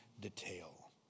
detail